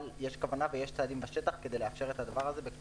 אבל יש כוונה ויש צעדים בשטח כדי לאפשר את הדבר הזה.